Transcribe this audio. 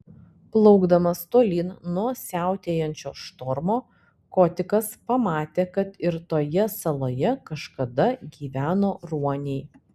plaukdamas tolyn nuo siautėjančio štormo kotikas pamatė kad ir toje saloje kažkada gyveno ruoniai